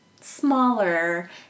smaller